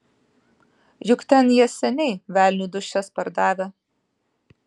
juk ten jie seniai velniui dūšias pardavę